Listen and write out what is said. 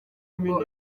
ngo